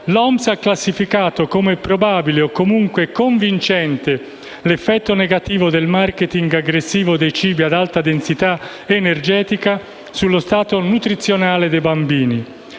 l'Oms ha classificato come probabile, o comunque convincente, l'effetto negativo del *marketing* aggressivo dei cibi ad alta densità energetica sullo stato nutrizionale dei bambini